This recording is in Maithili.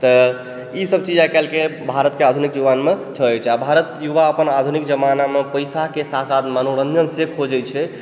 तऽ ई सब चीज आइकालि के भारतके आधुनिक जीवनमे होइ छै आ भारत युवा अपन आधुनिक जमानामे पैसाके साथ साथ मनोरञ्जन से खोजै छै